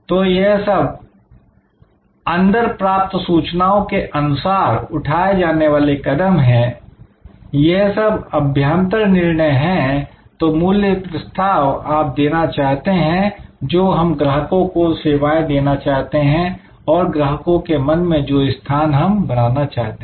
तो यह सब अंदर प्राप्त सूचनाओं के अनुसार उठाए जाने वाले कदम हैं यह सब अभ्यांतर निर्णय हैं जो मूल्य प्रस्ताव आप देना चाहते हैं जो हम ग्राहकों को सेवाएं देना चाहते हैं और ग्राहकों के मन में जो स्थान हम बनाना चाहते हैं